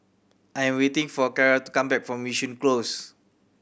I'm waiting for Cara to come back from Yishun Close